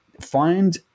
Find